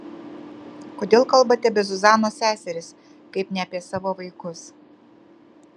kodėl kalbate apie zuzanos seseris kaip ne apie savo vaikus